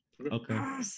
okay